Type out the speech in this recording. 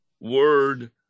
word